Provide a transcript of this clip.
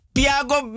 Piago